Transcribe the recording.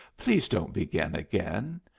please don't begin again.